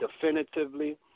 definitively